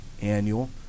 annual